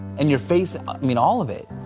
and your face i mean, all of it.